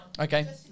Okay